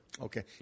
Okay